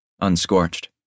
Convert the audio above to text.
unscorched